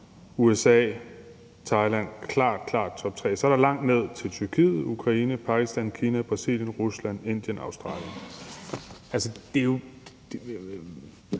USA og Thailand. Det er klart, klart toptre, og så er der langt ned til Tyrkiet, Ukraine, Pakistan, Kina, Brasilien, Rusland, Indien og Australien.